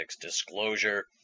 disclosure